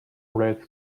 red